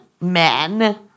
men